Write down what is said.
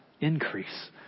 increase